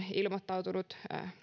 ilmoittanut